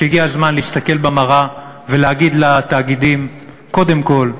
שהגיע הזמן להסתכל במראה ולהגיד לתאגידים: קודם כול,